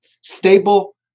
stable